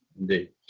indeed